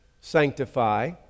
sanctify